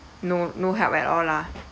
no no help at all lah